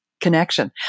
connection